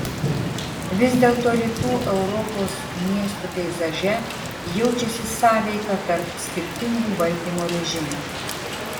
vis dėlto rytų europos miestų peizaže jaučiasi sąveika tarp skirtingų valdymo režimų